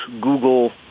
Google